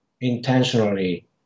intentionally